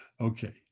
Okay